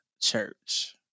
church